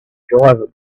driver